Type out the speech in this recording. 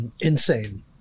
insane